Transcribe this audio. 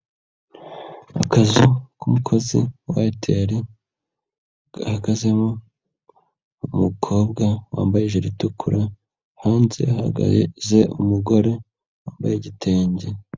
Akazu k'umukozi wa Aiter, gahagazemo, umukobwa wambaye ijire itukura, hanze hahagaze umugore wambaye igitenge.